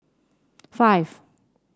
five